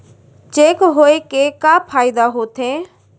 Cheque होए के का फाइदा होथे?